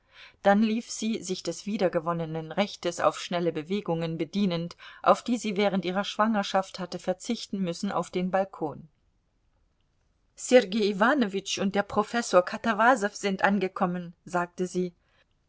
dann lief sie sich des wiedergewonnenen rechtes auf schnelle bewegungen bedienend auf die sie während ihrer schwangerschaft hatte verzichten müssen auf den balkon sergei iwanowitsch und der professor katawasow sind angekommen sagte sie